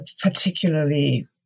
particularly